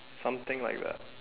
something like that